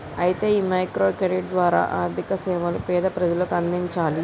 అయితే ఈ micro credit ద్వారా ఆర్థిక సేవలను పేద ప్రజలకు అందించాలి